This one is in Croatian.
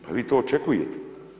Pa vi to i očekujete.